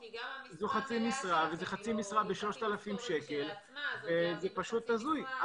כי גם המשרה המלאה שלכם היא לא מספיקה.